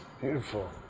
Beautiful